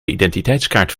identiteitskaart